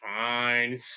fine